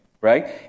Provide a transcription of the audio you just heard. right